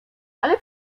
ale